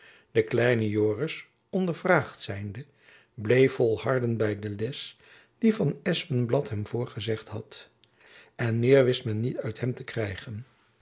de kleine joris ondervraagd zijnde bleef volharden by de les die van espenblad hem voorgezegd had en meer wist men uit hem niet te krijgen